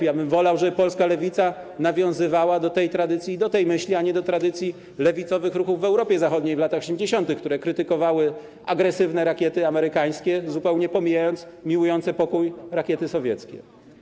Wolałbym, żeby polska lewica nawiązywała do tej tradycji i do tej myśli, a nie do tradycji lewicowych ruchów w Europie Zachodniej w latach 80., które krytykowały agresywne rakiety amerykańskie, zupełnie pomijając miłujące pokój rakiety sowieckie.